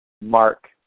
Mark